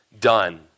done